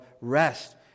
rest